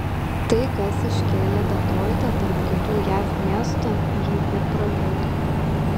tai kas iškėlė detroitą tarp kitų jav miestų jį ir pražudė